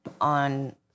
on